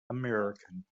american